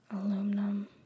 Aluminum